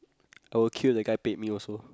I will queue if the guy paid me also